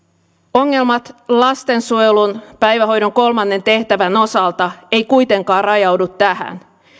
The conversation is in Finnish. ongelmat lastensuojelun päivähoidon kolmannen tehtävän osalta eivät kuitenkaan rajaudu tähän